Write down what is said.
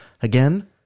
Again